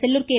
Sellur K